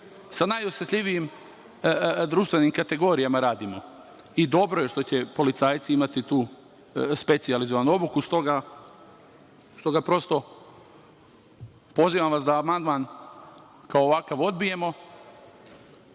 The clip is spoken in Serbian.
sa najosetljivijim društvenim kategorijama radimo. Dobro je što će policajci imati tu specijalizovanu obuku. Stoga prosto, pozivam vas da amandman kao ovakav odbijemo